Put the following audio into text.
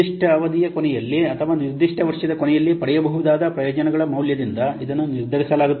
ನಿರ್ದಿಷ್ಟ ಅವಧಿಯ ಕೊನೆಯಲ್ಲಿ ಅಥವಾ ನಿರ್ದಿಷ್ಟ ವರ್ಷದ ಕೊನೆಯಲ್ಲಿ ಪಡೆಯಬಹುದಾದ ಪ್ರಯೋಜನಗಳ ಮೌಲ್ಯದಿಂದ ಇದನ್ನು ನಿರ್ಧರಿಸಲಾಗುತ್ತದೆ